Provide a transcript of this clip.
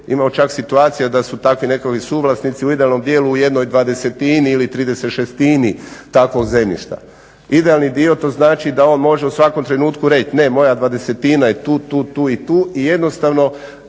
Imamo čak situacija da su takvi nekakvi suvlasnici u idealnom dijelu u jednoj dvadesetini ili tridesetšestini takvog zemljišta. Idealni dio to znači da on može u svakom trenutku reći ne, moja dvadesetina je tu, tu, tu i tu i jednostavno